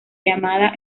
llamada